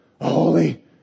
holy